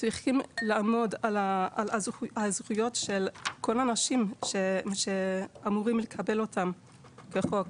וצריך לעמוד על הזכויות של כל האנשים שאמורים לקבל אותם כחוק.